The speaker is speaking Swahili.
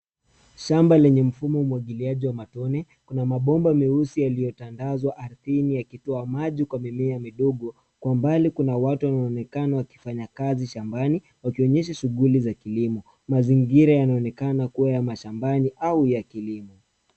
Shamba lenye mfumo wa umwagiliaji wa matone. Kuna mabomba meusi yaliyotandazwa ardhini yakitoa maji kwa mimea midogo. Kwa mbali kuna watu wanaonekana wakifanya kazi shambani wakionyesha shughuli za kilimo. Mazingira yanaonekana kuwa ya mashambani au ya kilimo.